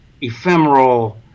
ephemeral